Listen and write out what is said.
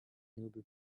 nobel